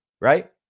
right